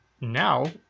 now